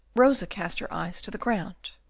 rosa cast her eyes to the ground.